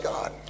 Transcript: God